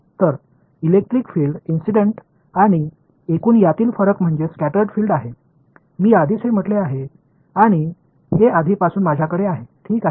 तर electric field incident आणि एकूण यातील फरक म्हणजे स्कॅटर्ड फील्ड आहे मी आधीच हे म्हटले आहे आणि हे आधीपासून माझ्याकडे आहे ठीक आहे